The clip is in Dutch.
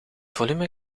volume